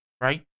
Right